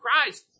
Christ